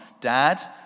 dad